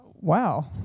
Wow